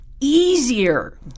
easier